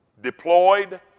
deployed